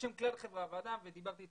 בשם כלל חברי הוועדה ודיברתי עם